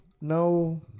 no